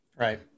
Right